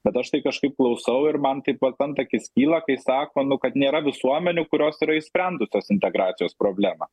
bet aš tai kažkaip klausau ir man taip vat antakis kyla kai sako nu kad nėra visuomenių kurios yra išsprendusios integracijos problemą